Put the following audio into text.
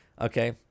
okay